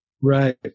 right